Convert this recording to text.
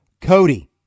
Cody